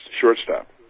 shortstop